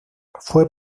fue